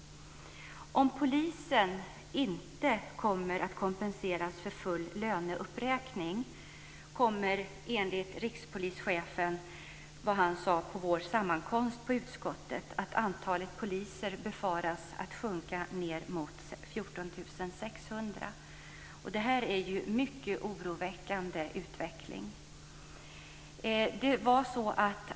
Om polisen inte kommer att kompenseras för full löneuppräkning befaras, enligt vad rikspolischefen sade på vår sammankomst i utskottet, antalet poliser sjunka ned mot 14 600. Det är en mycket oroväckande utveckling.